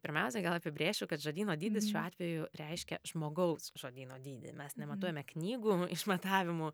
pirmiausia gal apibrėšiu kad žodyno dydis šiuo atveju reiškia žmogaus žodyno dydį mes nematuojame knygų išmatavimų